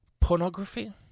pornography